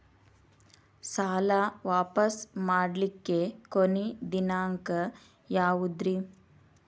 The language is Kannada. ಸಾಲಾ ವಾಪಸ್ ಮಾಡ್ಲಿಕ್ಕೆ ಕೊನಿ ದಿನಾಂಕ ಯಾವುದ್ರಿ?